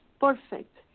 perfect